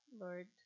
Lord